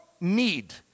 need